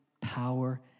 power